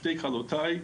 שתי כלותיי,